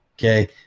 Okay